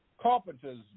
carpenters